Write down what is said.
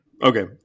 Okay